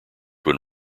when